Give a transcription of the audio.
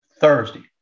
Thursday